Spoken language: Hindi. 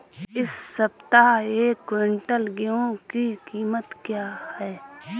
इस सप्ताह एक क्विंटल गेहूँ की कीमत क्या है?